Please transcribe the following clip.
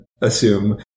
assume